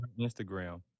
Instagram